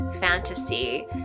fantasy